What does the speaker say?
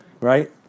Right